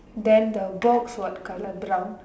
then the box what colour brown